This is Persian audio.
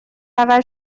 اول